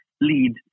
lead